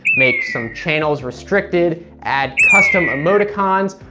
make some channels restricted, add custom emoticons,